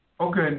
Okay